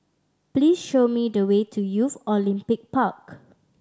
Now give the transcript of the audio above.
please show me the way to Youth Olympic Park